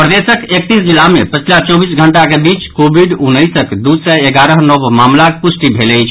प्रदेशक एकतीस जिला मे पछिला चौबीस घंटाक बीच कोविड उन्नैसक दू एगारह नव मामिलाक पुष्टि भेल अछि